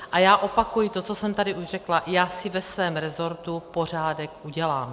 A já opakuji to, co jsem tady už řekla: Já si ve svém resortu pořádek udělám.